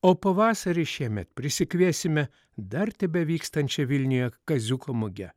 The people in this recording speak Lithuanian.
o pavasarį šiemet prisikviesime dar tebevykstančia vilniuje kaziuko muge